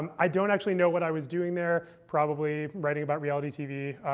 um i don't actually know what i was doing there probably writing about reality tv,